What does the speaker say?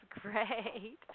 great